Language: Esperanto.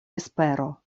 espero